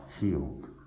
healed